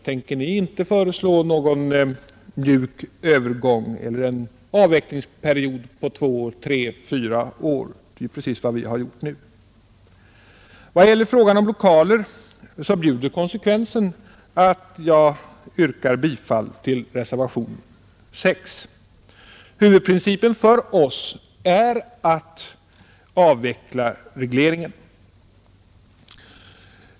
Tänker ni inte föreslå någon mjuk övergång eller en avvecklingsperiod på två, tre eller fyra år? Det är precis vad vi har gjort nu. Vad gäller frågan om lokaler bjuder konsekvensen att jag yrkar bifall till reservationen 6. Huvudprincipen för oss är att avveckla regleringen.